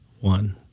one